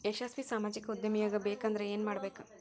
ಯಶಸ್ವಿ ಸಾಮಾಜಿಕ ಉದ್ಯಮಿಯಾಗಬೇಕಂದ್ರ ಏನ್ ಮಾಡ್ಬೇಕ